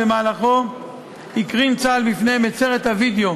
ובמהלכו הקרין צה"ל בפניהם את סרט הווידיאו